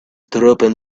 dropping